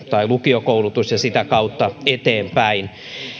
tai lukiokoulutus ja sitä kautta eteenpäin